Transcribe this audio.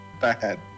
bad